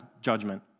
judgment